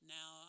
Now